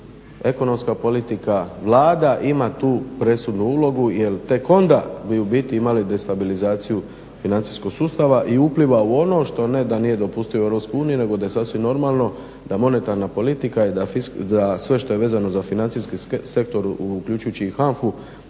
ekonomska politika, Vlada ima tu presudnu ulogu jer tek onda bi u biti imali destabilizaciju financijskog sustava i upliva u ono što ne da nije dopustivo u EU, nego da je sasvim normalno da monetarna politika i da sve što je vezano za financijski sektor uključujući i